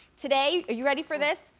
today, are you ready for this,